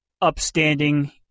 upstanding